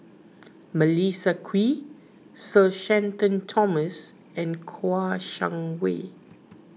Melissa Kwee Sir Shenton Thomas and Kouo Shang Wei